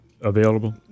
available